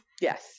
Yes